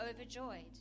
overjoyed